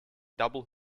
double